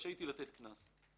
היא רשאית לתת קנס.